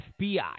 FBI